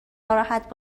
ناراحت